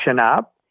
up